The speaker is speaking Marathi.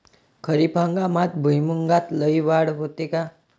खरीप हंगामात भुईमूगात लई वाढ होते का?